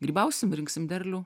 grybausim rinksim derlių